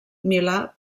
milà